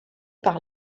par